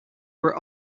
were